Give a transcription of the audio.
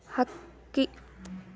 ಹಕ್ಕಿ